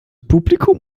publikum